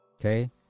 okay